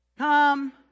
Come